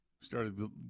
started